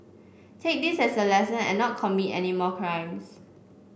take this as a lesson and not commit any more crimes